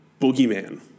boogeyman